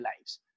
lives